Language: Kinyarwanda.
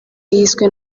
yiswe